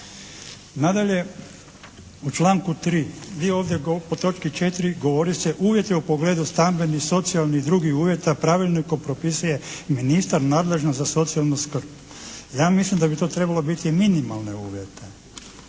Nadalje, u članku 3. vi ovdje, u točki 4. govori se: "Uvjeti u pogledu stambenih, socijalnih i drugih uvjeta pravilnikom propisuje ministar nadležan za socijalnu skrb.". Ja mislim da bi to trebalo biti minimalne uvjete,